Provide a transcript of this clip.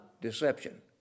Deception